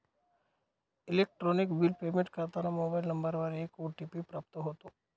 electronic bill payment करताना mobile नंबरवर एक ओ.टी.पी प्राप्त होतो